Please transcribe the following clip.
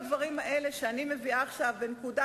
כבר היינו בעשר דקות, אדוני.